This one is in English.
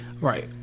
right